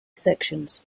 sections